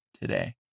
today